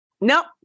Nope